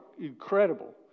incredible